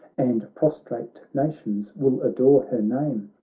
and prostrate nations will adore her name.